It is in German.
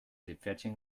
seepferdchen